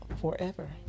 forever